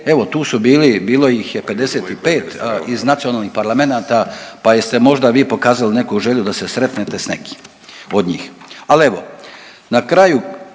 Evo tu su bili, bilo ih je 55 iz nacionalnih parlamenata pa jeste vi možda pokazali neku želju da se sretnete s nekim od njih.